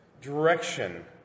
direction